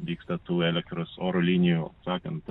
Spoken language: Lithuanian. vyksta tų elektros oro linijų sakant